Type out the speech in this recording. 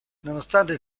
nonostante